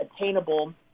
attainable